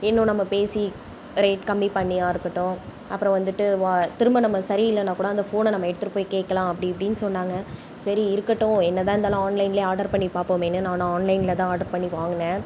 இன்னும் நம்ம பேசி ரேட் கம்மி பண்ணியாருக்கட்டும் அப்புறம் வந்துட்டு திரும்ப நம்ம சரியில்லேன்னாக்கூட அந்த ஃபோனை நம்ம எடுத்துட்டு போய் கேட்கலாம் அப்படி இப்படின்னு சொன்னாங்க சரி இருக்கட்டும் என்ன தான் இருந்தாலும் ஆன்லைன்லேயே ஆர்டர் பண்ணி பார்ப்போமேன்னு நானும் ஆன்லைனில் தான் ஆர்டர் பண்ணி வாங்கினேன்